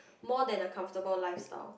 more than a comfortable lifestyle